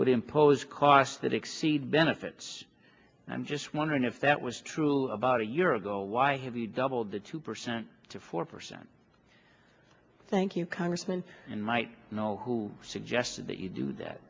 would impose costs that exceed benefits i'm just wondering if that was true about a year ago why have you doubled the two percent to four percent thank you congressman and might know who suggested that you do that